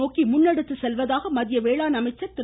நோக்கி முன்னெடுத்து செல்வதாக மத்திய வேளாண் அமைச்சர் திரு